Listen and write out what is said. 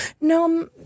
No